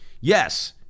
Yes